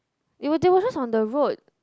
they were they were just on the road